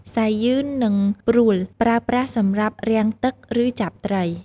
សៃយឺន និងព្រួល ប្រើប្រាស់សម្រាប់រាំងទឹក ឬចាប់ត្រី។